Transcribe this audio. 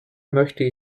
möchte